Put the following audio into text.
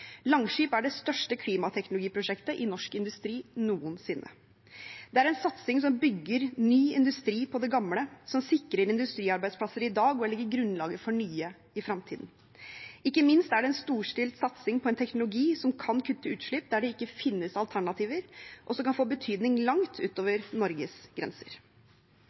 Langskip er det største klimateknologiprosjektet i norsk industri noensinne. Det er en satsing som bygger ny industri på den gamle, som sikrer industriarbeidsplasser i dag og legger grunnlaget for nye i fremtiden. Ikke minst er det en storstilt satsing på en teknologi som kan kutte utslipp der det ikke finnes alternativer, og som kan få betydning langt utover Norges grenser.